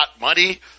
money